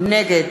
נגד